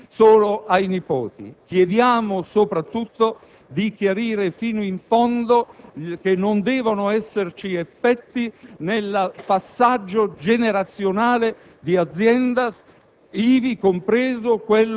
ai figli, ai nipoti. Chiediamo poi di chiarire fino in fondo che non devono esserci effetti nel passaggio generazionale di azienda,